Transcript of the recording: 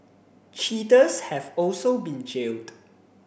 cheaters have also been jailed